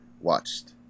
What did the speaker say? watched